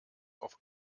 auf